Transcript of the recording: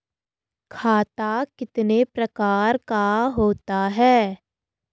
खाता कितने प्रकार का होता है?